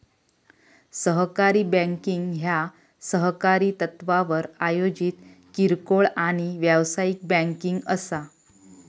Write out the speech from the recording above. सहकारी बँकिंग ह्या सहकारी तत्त्वावर आयोजित किरकोळ आणि व्यावसायिक बँकिंग असा